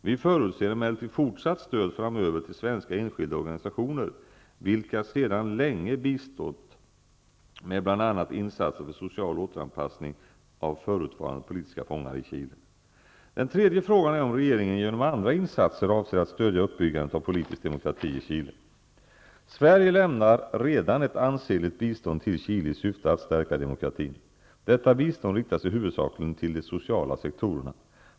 Vi förutser emellertid fortsatt stöd framöver till svenska enskilda organisationer, vilka sedan länge bistått med bl.a. insatser för social återanpassning av förutvarande politiska fångar i Chile. Den tredje frågan är om regeringen genom andra insatser avser att stödja uppbyggandet av politisk demokrati i Chile. Sverige lämnar redan ett ansenligt bistånd till Chile i syfte att stärka demokratin. Detta bistånd riktar sig huvudsakligen till de sociala sektorerna.